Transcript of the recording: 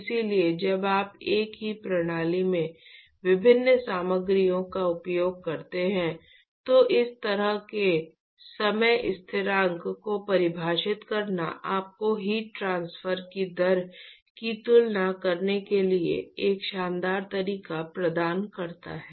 इसलिए जब आप एक ही प्रणाली में विभिन्न सामग्रियों का उपयोग करते हैं तो इस तरह के समय स्थिरांक को परिभाषित करना आपको हीट ट्रांसफर की दर की तुलना करने के लिए एक शानदार तरीका प्रदान करता है